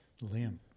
Liam